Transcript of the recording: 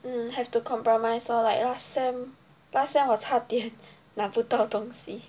mm have to compromise lor like last sem last sem 我差点拿不到东西